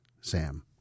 Sam